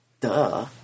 Duh